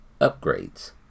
upgrades